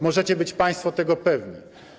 Możecie być Państwo tego pewni.